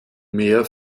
mehr